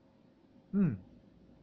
mm